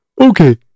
Okay